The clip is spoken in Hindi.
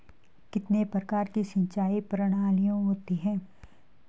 कितने प्रकार की सिंचाई प्रणालियों होती हैं?